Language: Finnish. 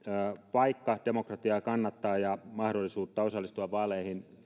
vaikka demokratiaa kannattaa ja mahdollisuutta osallistua vaaleihin